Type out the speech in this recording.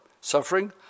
suffering